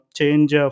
change